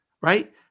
right